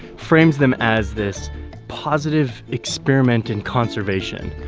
frames them as this positive experiment in conservation.